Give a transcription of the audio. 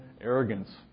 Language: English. arrogance